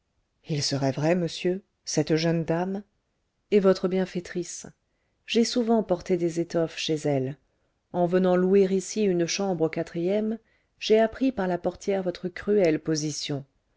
il serait vrai monsieur cette jeune dame est votre bienfaitrice j'ai souvent porté des étoffes chez elle en venant louer ici une chambre au quatrième j'ai appris par la portière votre cruelle position